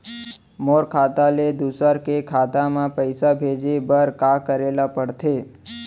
मोर खाता ले दूसर के खाता म पइसा भेजे बर का करेल पढ़थे?